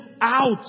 out